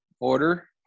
order